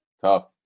tough